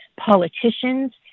politicians